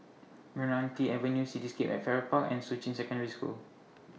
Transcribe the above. Meranti Avenue Cityscape At Farrer Park and Shuqun Secondary School